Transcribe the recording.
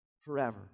forever